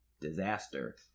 disaster